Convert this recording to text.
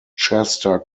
chester